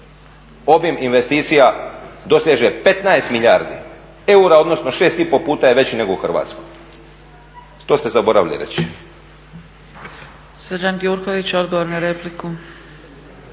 obim investicija doseže 15 milijardi eura, odnosno 6,5 puta je veći nego u Hrvatskoj. To ste zaboravili